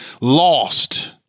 lost